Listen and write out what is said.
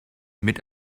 mit